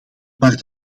maar